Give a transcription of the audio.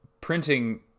printing